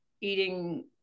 eating